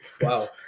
Wow